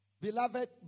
Beloved